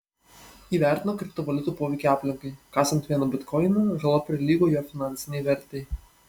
įvertino kriptovaliutų poveikį aplinkai kasant vieną bitkoiną žala prilygo jo finansinei vertei